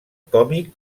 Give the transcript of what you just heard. còmic